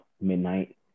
midnight